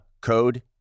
code